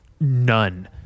none